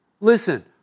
Listen